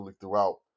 throughout